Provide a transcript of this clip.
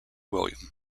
william